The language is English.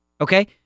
Okay